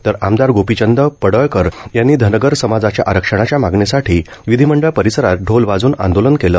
तर आमदार गोपीचंद पडळकर यांनी धनगर समाजाच्या आरक्षणाच्या मागणीसाठी विधीमंडळ परिसरात ढोल वाजवून आंदोलन केलं